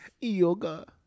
Yoga